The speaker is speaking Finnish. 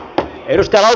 kiitos